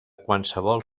qualsevol